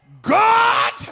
God